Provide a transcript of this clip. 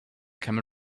camel